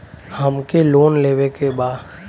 हमके लोन लेवे के बा?